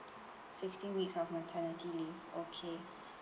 sixteen weeks of maternity leave okay